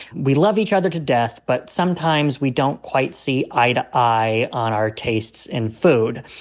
we love each other to death, but sometimes we don't quite see eye to eye on our tastes in food.